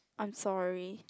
I'm sorry